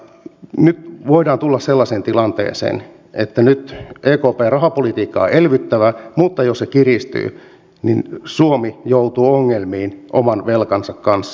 nyt voidaan tulla sellaiseen tilanteeseen että ekpn rahapolitiikka on elvyttävä mutta jos se kiristyy suomi joutuu ongelmiin oman velkansa kanssa